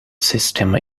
system